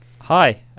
Hi